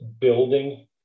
building